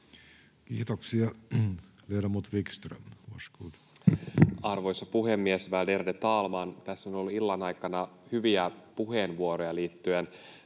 Kiitoksia. — Ledamot Wickström, varsågod. Arvoisa puhemies, värderade talman! Tässä on ollut illan aikana hyviä puheenvuoroja liittyen